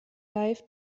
live